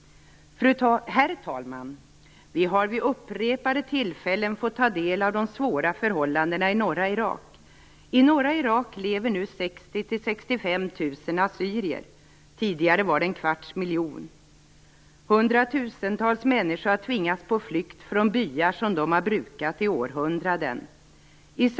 Herr talman! Vi har vid upprepade tillfällen fått del av de svåra förhållandena i norra Irak. I norra Irak lever nu 60 000-65 000 assyrier. Tidigare var det en kvarts miljon. Hundratusentals människor har tvingats på flykt från byar som de har brukat i århundraden.